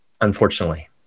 Unfortunately